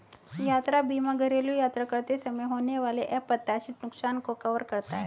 यात्रा बीमा घरेलू यात्रा करते समय होने वाले अप्रत्याशित नुकसान को कवर करता है